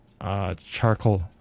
charcoal